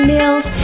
Meals